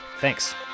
thanks